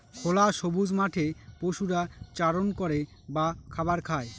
খোলা সবুজ মাঠে পশুরা চারণ করে বা খাবার খায়